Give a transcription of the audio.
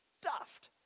stuffed